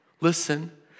Listen